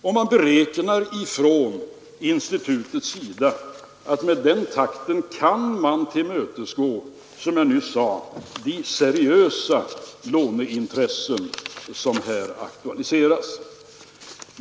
Institutet beräknar att man med den takten kan tillmötesgå — som jag nyss sade — de seriösa låneintressen som aktualiseras.